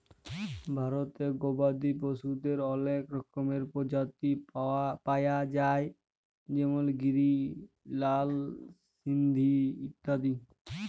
ভারতে গবাদি পশুদের অলেক রকমের প্রজাতি পায়া যায় যেমল গিরি, লাল সিন্ধি ইত্যাদি